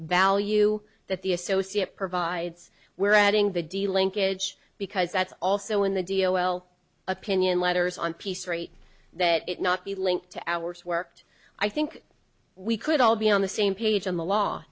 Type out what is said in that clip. value that the associate provides we're adding the d linkage because that's also in the deal well opinion letters on piece rate that it not be linked to hours worked i think we could all be on the same page on the law